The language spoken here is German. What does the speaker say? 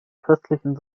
christlichen